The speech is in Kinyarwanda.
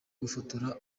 gufotora